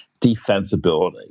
defensibility